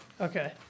Okay